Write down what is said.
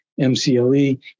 MCLE